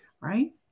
right